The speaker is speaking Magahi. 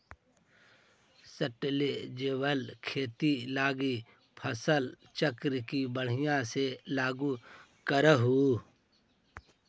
सस्टेनेबल खेती लागी फसल चक्र के बढ़ियाँ से लागू करहूँ